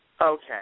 Okay